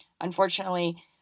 Unfortunately